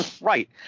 Right